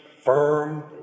firm